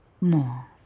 more